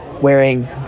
wearing